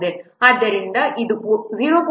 ಆದ್ದರಿಂದ ಇದು 0